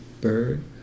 bird